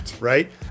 Right